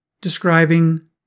describing